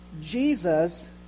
Jesus